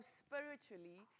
spiritually